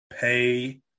pay